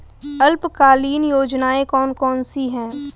अल्पकालीन योजनाएं कौन कौन सी हैं?